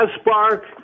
spark